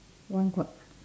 one quart~